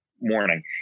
morning